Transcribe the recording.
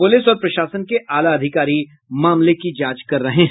police और प्रशासन के आला अधिकारी मामले की जांच कर रहे हैं